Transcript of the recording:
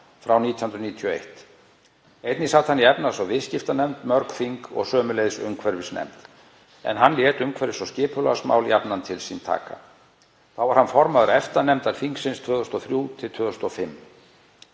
frá 1991. Einnig sat hann í efnahags- og viðskiptanefnd mörg þing og sömuleiðis umhverfisnefnd, en hann lét umhverfis- og skipulagsmál jafnan til sín taka. Þá var hann formaður EFTA-nefndar þingsins 2003–2005.